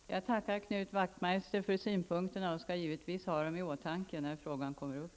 Fru talman! Jag tackar Knut Wachtmeister för synpunkterna och skall givetvis ha dem i åtanke när frågan kommer upp.